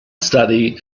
study